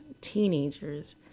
teenagers